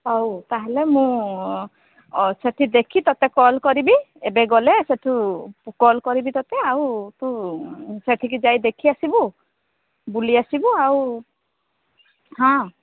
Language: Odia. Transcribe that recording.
ହଉ ତାହେଲେ ମୁଁ ସେଠି ଦେଖି ତତେ କଲ୍ କରିବି ଏବେ ଗଲେ ସେଠୁ କଲ୍ କରିବି ତତେ ଆଉ ତୁ ସେଠିକି ଯାଇ ଦେଖି ଆସିବୁ ବୁଲି ଆସିବୁ ଆଉ ହଁ